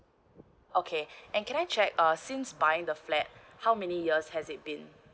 okay and can I check uh since buying the flat how many years has it been